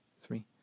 three